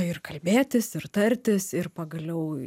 ir kalbėtis ir tartis ir pagaliau